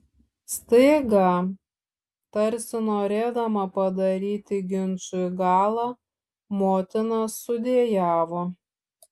staiga tarsi norėdama padaryti ginčui galą motina sudejavo